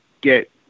get